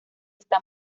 está